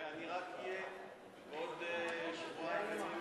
אני רק עוד שבועיים אהיה